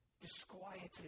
disquieted